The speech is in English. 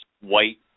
white